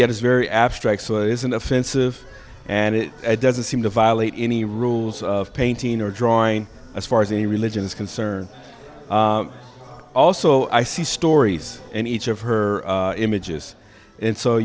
yet it's very abstract isn't offensive and it doesn't seem to violate any rules of painting or drawing as far as the religion is concerned also i see stories in each of her images and so